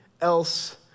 else